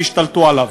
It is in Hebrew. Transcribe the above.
שהשתלטו עליו.